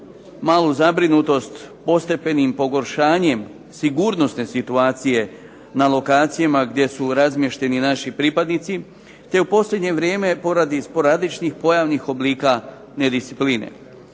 malu zabrinutost postepenim pogoršanjem sigurnosne situacije na lokacijama gdje su razmješteni naši pripadnici, te u posljednje vrijeme poradi sporadičnih pojavnih oblika nediscipline